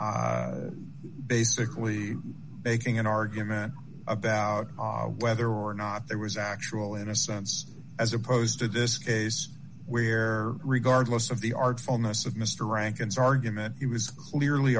say basically making an argument about whether or not there was actual innocence as opposed to this case where regardless of the artful most of mr rankin's argument he was clearly